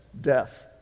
death